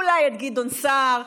אולי את גדעון סער.